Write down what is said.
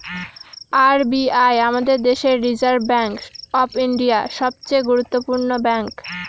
R B I আমাদের দেশের reserve bank of India, সবচে গুরুত্বপূর্ণ ব্যাঙ্ক